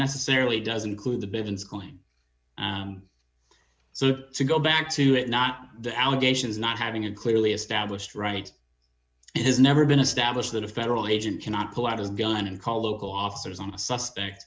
necessarily doesn't include the billions going so to go back to it not the allegations not having it clearly established right it has never been established that a federal agent cannot pull out his gun and call the local officers on a suspect